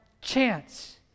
chance